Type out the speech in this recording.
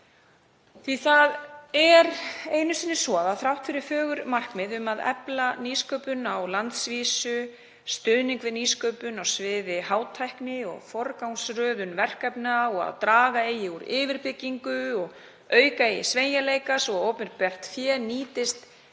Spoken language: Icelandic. sem við ræðum hér. Þrátt fyrir fögur markmið um að efla nýsköpun á landsvísu, stuðning við nýsköpun á sviði hátækni og forgangsröðun verkefna og að draga eigi úr yfirbyggingu og auka sveigjanleika svo opinbert fé nýtist sem